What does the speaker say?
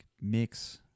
mix